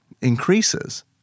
increases